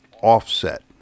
offset